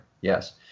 Yes